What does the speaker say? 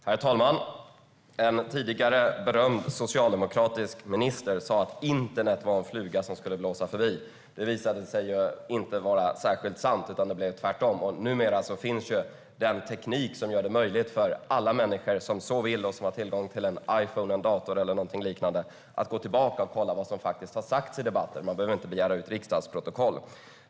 Herr talman! En tidigare, berömd socialdemokratisk minister sa att internet var en fluga som skulle blåsa förbi. Det visade sig ju inte vara särskilt sant; det blev i stället tvärtom. Numera finns teknik som gör det möjligt för alla människor som så vill och som har tillgång till en Iphone, en dator eller någonting liknande att gå tillbaka och kolla vad som faktiskt har sagts i debatten. Man behöver inte begära ut riksdagsprotokollet.